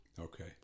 Okay